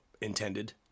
intended